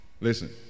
Listen